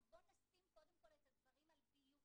אז בואו נשים קודם כל את הדברים על דיוקם.